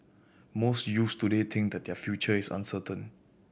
most youths today think that their future is uncertain